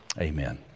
Amen